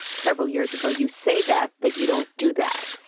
several years ago, you say that, but you don't do that.